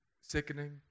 sickening